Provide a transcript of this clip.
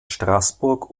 straßburg